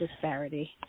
disparity